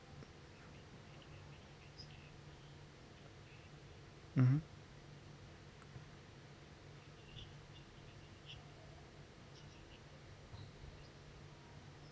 mmhmm